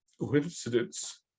coincidence